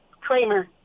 Kramer